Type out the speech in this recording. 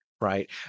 right